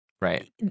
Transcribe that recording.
Right